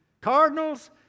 Cardinals